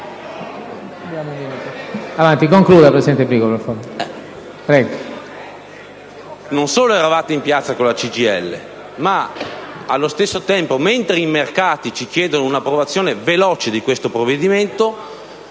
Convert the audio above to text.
Non solo eravate in piazza con la CGIL, ma mentre i mercati ci chiedono un'approvazione veloce di questo provvedimento,